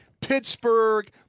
Pittsburgh